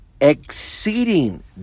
exceeding